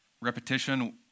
repetition